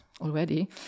already